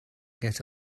get